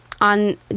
on